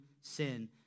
sin